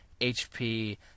HP